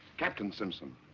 captain simpson.